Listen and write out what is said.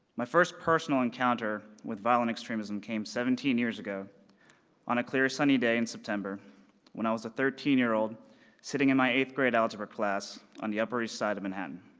my first personal encounter with violent extremism came seventeen years ago on a clear sunny day in september when i was a thirteen year old sitting in my eighth grade algebra class on the upper east side of manhattan.